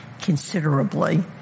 considerably